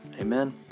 Amen